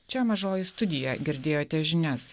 čia mažoji studija girdėjote žinias